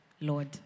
Lord